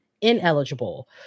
ineligible